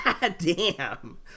Goddamn